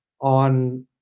on